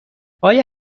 آیا